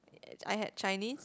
I had Chinese